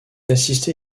assisté